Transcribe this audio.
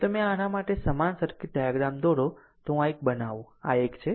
જો તમે આના માટે સમાન સર્કિટ ડાયાગ્રામ દોરો તો હું આ એક બનાવું આ એક છે